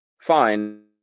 Fine